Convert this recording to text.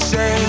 Say